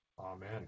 Amen